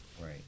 Right